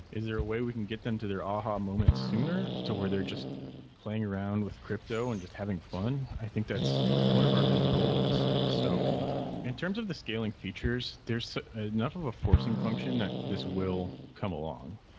is there a way we can get them to their aha moment sooner to where they're just playing around with crypto and just having fun? i think that's one of our main goals so in terms of the scaling features, there's enough of a forcing function that this will come along.